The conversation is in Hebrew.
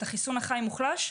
את החיסון החי מוחלש,